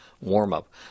warm-up